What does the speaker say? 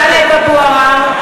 (קוראת בשמות חברי הכנסת) טלב אבו עראר,